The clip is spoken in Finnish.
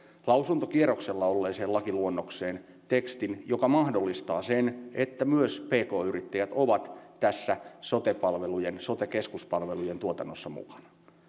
lausuntokierroksella olleeseen lakiluonnokseen tekstin joka mahdollistaa sen että myös pk yrittäjät ovat tässä sote keskuspalvelujen tuotannossa mukana